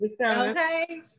Okay